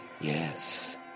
Yes